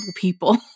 people